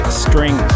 string